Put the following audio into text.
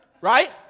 Right